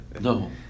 No